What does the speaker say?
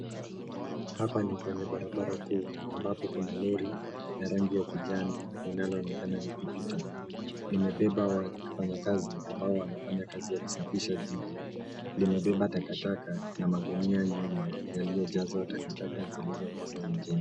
Hapa ni kwenye barabara kuu ambapo kuna Lori la rangi ya kijani linaloonekana likipita. Limebeba wafanyakazi ambao wanafanya kazi ya kusafisha jiji. Limebeba takataka na magunia nyuma yaliyojazwa takataka zilizookotwa mjini.